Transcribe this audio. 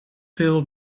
veel